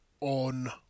on